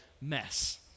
mess